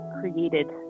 created